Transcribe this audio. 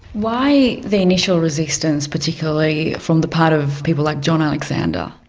why the initial resistance, particularly from the part of people like john alexander?